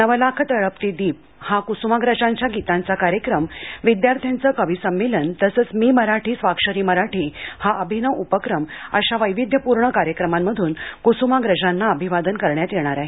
नवलाख तळपती दिप हा कुसुमाग्रजांच्या गीतांचा कार्यक्रमविद्यार्थ्यांचं कविसंमेलन तसंच मी मराठी स्वाक्षरी मराठी हा अभिनव उपक्रम अशा वैविध्यपूर्ण कार्यक्रमांमधून कुसुमाग्रजांना अभिवादन करण्यात येणार आहे